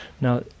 now